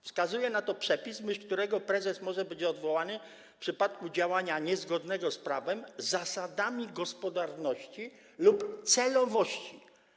Wskazuje na to przepis, w myśl którego prezes może być odwołany w przypadku działania niezgodnego z prawem, zasadami gospodarności lub celowości.